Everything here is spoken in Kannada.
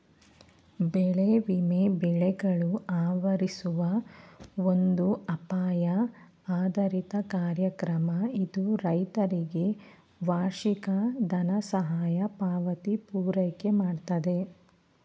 ಬೆಳೆ ವಿಮೆ ಬೆಳೆಗಳು ಆವರಿಸುವ ಒಂದು ಅಪಾಯ ಆಧಾರಿತ ಕಾರ್ಯಕ್ರಮ ಇದು ರೈತರಿಗೆ ವಾರ್ಷಿಕ ದನಸಹಾಯ ಪಾವತಿ ಪೂರೈಕೆಮಾಡ್ತದೆ